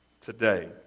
today